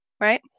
Right